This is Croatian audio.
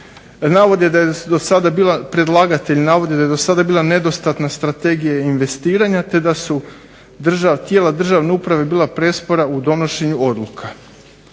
navod da je do sada bila nedostatna strategija investiranja, te da su tijela državne uprave bila prespora u donošenju odluka,